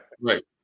Right